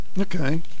Okay